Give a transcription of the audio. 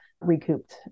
recouped